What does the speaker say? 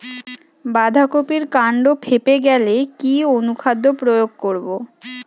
বাঁধা কপির কান্ড ফেঁপে গেলে কি অনুখাদ্য প্রয়োগ করব?